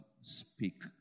speak